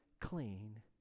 clean